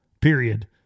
period